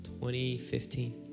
2015